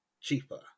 cheaper